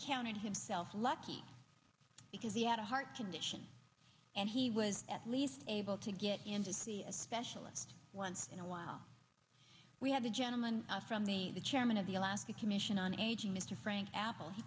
counted himself lucky because he had a heart condition and he was at least able to get in to see a specialist once in a while we have a gentleman from the chairman of the alaska commission on aging mr frank appel he